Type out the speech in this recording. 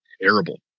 Terrible